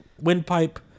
windpipe